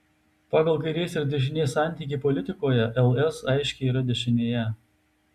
pagal kairės ir dešinės santykį politikoje ls aiškiai yra dešinėje